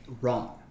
wrong